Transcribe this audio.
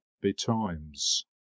betimes